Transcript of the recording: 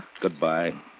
Goodbye